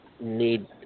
need